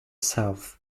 south